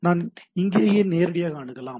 நான் இங்கேயே நேரடியாக அணுகலாம்